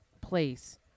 place